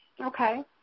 Okay